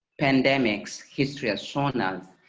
pandemics, history has shown us,